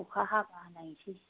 अखा हाबा गायसै